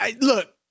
Look